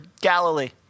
Galilee